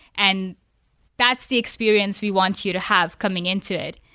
and that's the experience we want you to have coming into it.